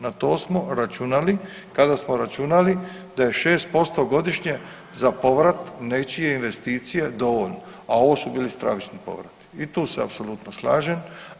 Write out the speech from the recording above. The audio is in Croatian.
Na to smo računali kada smo računali da je 6% godišnje za povrat nečije investicije dovoljno, a ovo su bili stravični povrati i tu se apsolutno slažem.